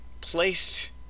placed